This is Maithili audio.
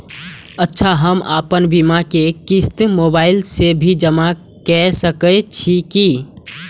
अच्छा हम आपन बीमा के क़िस्त मोबाइल से भी जमा के सकै छीयै की?